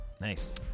Nice